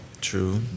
True